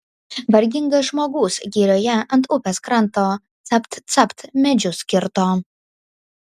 vargingas žmogus girioje ant upės kranto capt capt medžius kirto